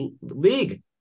league